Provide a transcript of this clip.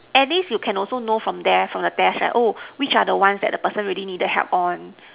at least you can also know from there from the test right which are the one that the person really needed help on